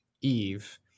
Eve